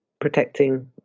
protecting